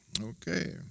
okay